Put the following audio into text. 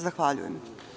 Zahvaljujem.